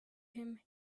him